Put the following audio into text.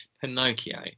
Pinocchio